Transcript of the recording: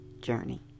journey